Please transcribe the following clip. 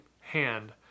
hand